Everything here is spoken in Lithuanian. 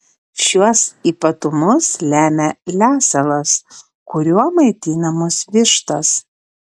šiuos ypatumus lemia lesalas kuriuo maitinamos vištos